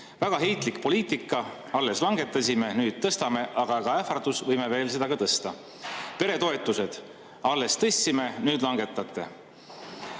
Väga heitlik poliitika! Alles langetasime, nüüd tõstame, aga ka ähvardus, et võime seda veel tõsta. Peretoetused – alles tõstsime, nüüd langetate.